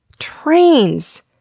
trains.